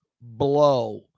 blow